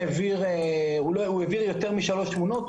הוא העביר יותר משלוש תמונות,